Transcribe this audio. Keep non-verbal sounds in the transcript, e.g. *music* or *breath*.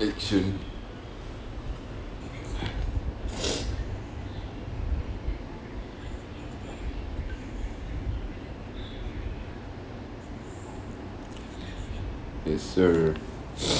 action *breath* yes sir